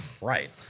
Right